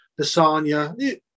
lasagna